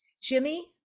Jimmy